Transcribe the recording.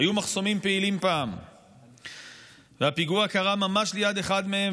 היו מחסומים פעילים פעם והפיגוע קרה ממש ליד אחד מהם,